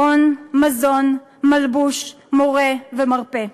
מעון, מזון, מלבוש, מורה ומרפא.